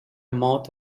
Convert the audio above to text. mouth